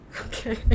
Okay